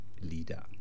leader